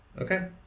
Okay